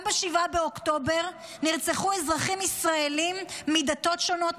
גם ב-7 באוקטובר נרצחו אזרחים ישראלים מדתות שונות,